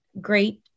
great